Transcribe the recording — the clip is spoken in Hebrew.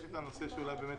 יש את הנושא של